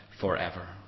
forever